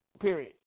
Period